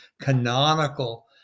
canonical